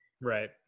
Right